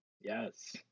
Yes